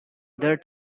other